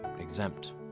exempt